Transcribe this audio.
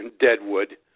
Deadwood